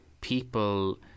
people